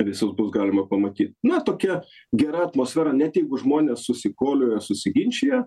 visus bus galima pamatyt na tokia gera atmosfera net jeigu žmonės susikulioja susiginčija